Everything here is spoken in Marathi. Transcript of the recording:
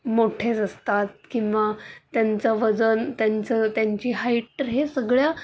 मोठेच असतात किंवा त्यांचं वजन त्यांचं त्यांची हाईट तर हे सगळ्या